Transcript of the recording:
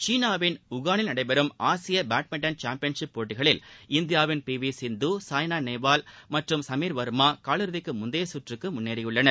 சீனாவில் உகானில் நஸ்டபெறும் ஆசிய பேட்மிண்டன் சாம்பியன் ஷிப் போட்டிகளில் இந்தியாவின் பி வி சிந்து சாய்னா நேவால் டமற்றும் சமீர் வர்மா காலிறுதிக்கு முந்தைய சுற்றுக்கு முன்னேறியுள்ளனர்